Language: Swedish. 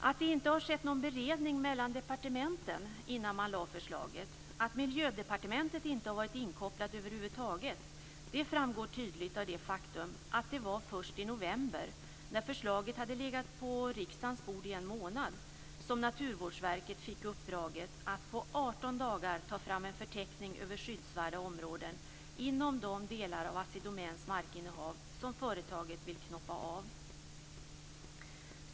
Att det inte har skett någon beredning mellan departementen innan man lade fram förslaget, att Miljödepartementet inte har varit inkopplat över huvud taget, framgår tydligt av det faktum att det var först i november, när förslaget hade legat på riksdagens bord i en månad, som Naturvårdsverket fick uppdraget att på 18 dagar ta fram en förteckning över skyddsvärda områden inom de delar av Assi Domäns markinnehav som företaget vill knoppa av.